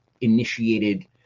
initiated